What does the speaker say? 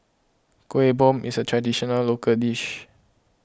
Kuih Bom is a traditional local dish